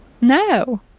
No